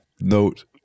Note